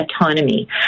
autonomy